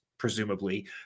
presumably